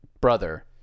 brother